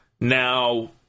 Now